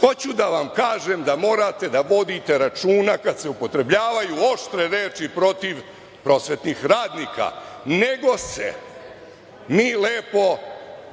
Hoću da vam kažem da morate da vodite računa kada se upotrebljavaju oštre reči protiv prosvetnih radnika, nego se mi lepo